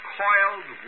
coiled